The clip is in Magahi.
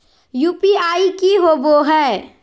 यू.पी.आई की होवे है?